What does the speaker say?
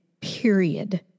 period